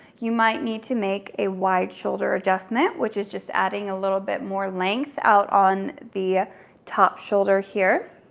you might need to make a wide shoulder adjustment, which is just adding a little bit more length out on the top shoulder here.